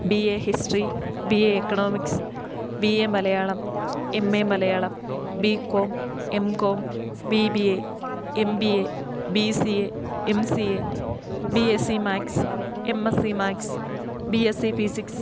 B A history B A economics B A Malayalam M A Malayalam B com M com B B A M B A B C A M C A B S S C maths M S C maths B S C physics